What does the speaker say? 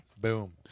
Boom